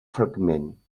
fragment